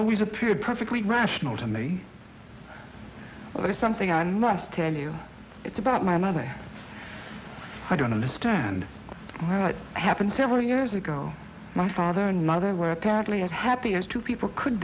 always appeared perfectly rational to me there is something i must tell you it's about my mother i don't understand what happened several years ago my father and mother were apparently of happy as two people could